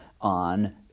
on